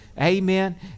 Amen